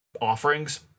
offerings